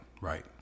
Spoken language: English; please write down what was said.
right